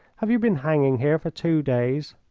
have you been hanging here for two days?